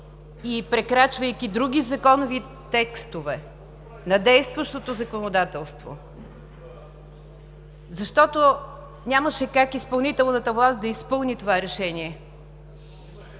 и прекрачвайки други законови текстове на действащото законодателство, защото нямаше как изпълнителната власт да изпълни това решение.